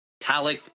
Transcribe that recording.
metallic